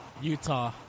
Utah